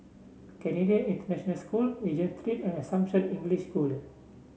Canadian International School Regent Street and Assumption English School